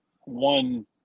one